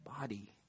body